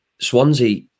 Swansea